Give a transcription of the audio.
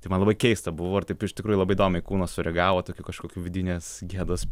tai man labai keista buvo ir taip iš tikrųjų labai įdomiai kūnas sureagavo tokiu kažkokiu vidinės gedos